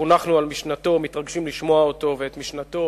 חונכנו על משנתו, מתרגשים לשמוע אותו ואת משנתו